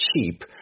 cheap